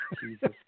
Jesus